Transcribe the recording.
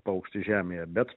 paukštis žemėje bet